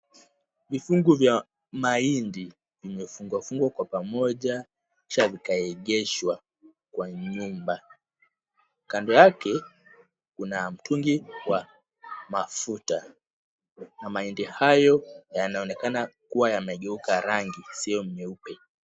Vifungu vya mahindi vimefungwa fungwa kwa pamoja kisha yakaegeshwa kwa nyumba. Kando yake kuna mtungi wa mafuta na mahindi hayo yanaonekana kua yamegeuka rangi sio nyeupe.